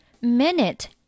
Minute